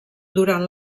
durant